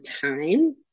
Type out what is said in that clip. time